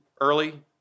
early